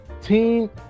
Team